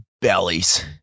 bellies